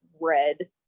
red